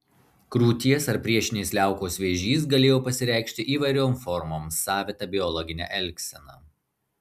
krūties ar priešinės liaukos vėžys galėjo pasireikšti įvairiom formom savita biologine elgsena